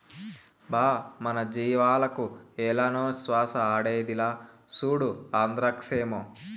బా మన జీవాలకు ఏలనో శ్వాస ఆడేదిలా, సూడు ఆంద్రాక్సేమో